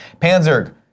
Panzer